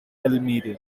elmira